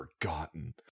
forgotten